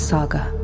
Saga